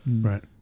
right